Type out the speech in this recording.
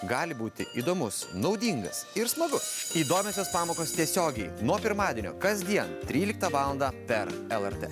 gali būti įdomus naudingas ir smagus įdomiosios pamokos tiesiogiai nuo pirmadienio kasdien tryliktą valandą per lrt